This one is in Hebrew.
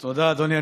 תודה, אדוני.